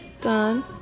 Done